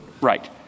Right